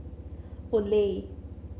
Olay